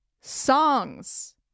songs